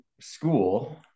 school